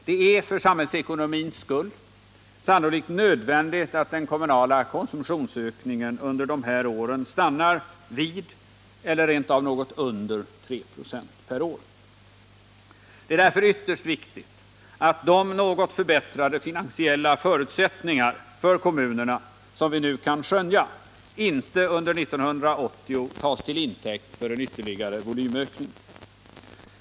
Det är för samhällsekonomins skull sannolikt nödvändigt att den kommunala konsumtionsökningen under dessa år stannar vid eller rentav något under 3 96 per år. Det är därför ytterst viktigt att de något förbättrade finansiella förutsättningar som vi nu kan skönja för kommunerna under 1980 inte tas till intäkt för en ytterligare volymökning.